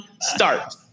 start